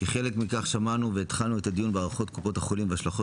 כחלק מכך שמענו והתחלנו את הדיון בהערכות קופות החולים ובהשלכות